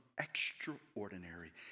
extraordinary